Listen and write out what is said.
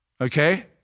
Okay